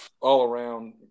all-around